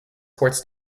courts